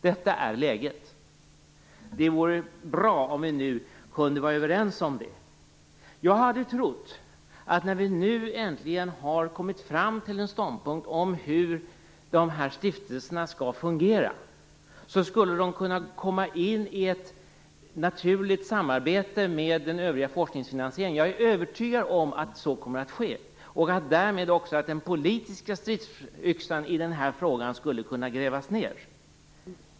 Detta är läget, och det vore bra om vi nu kunde vara överens om det. Jag hade trott att när vi nu äntligen har kommit fram till en ståndpunkt om hur stiftelserna skall fungera skulle de kunna komma in i ett naturligt samarbete med den övriga forskningsfinansieringen. Jag är övertygad om att så kommer att ske, och att den politiska stridsyxan i den här frågan därmed skulle kunna grävas ned.